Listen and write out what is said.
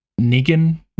negan